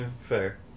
Fair